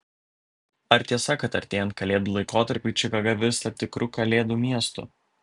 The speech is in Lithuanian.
ar tiesa kad artėjant kalėdų laikotarpiui čikaga virsta tikru kalėdų miestu